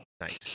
nice